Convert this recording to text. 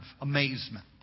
amazement